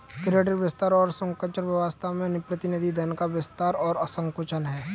credit विस्तार और संकुचन वास्तव में प्रतिनिधि धन का विस्तार और संकुचन था